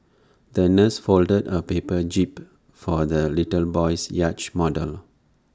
the nurse folded A paper jib for the little boy's yacht model